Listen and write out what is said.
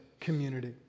community